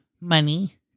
money